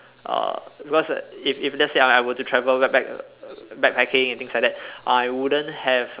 uh what's that if if let say I I were to travel backpack backpacking and things like that I wouldn't have